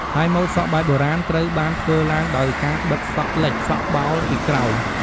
ហើយម៉ូតសក់បែបបុរាណត្រូវបានធ្វើឡើងដោយការបិទសក់លិច សក់បោលពីក្រោយ។